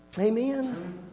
amen